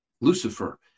Lucifer